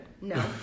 No